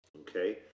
okay